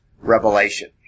revelation